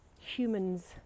humans